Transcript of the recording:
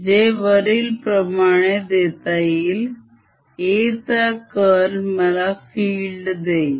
जे वरीलप्रमाणे देता येईल